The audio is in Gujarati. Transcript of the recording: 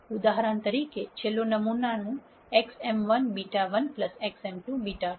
ઉદાહરણ તરીકે છેલ્લું નમૂના xm1 β1 xm2 β2 xmn અને βn 0